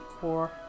four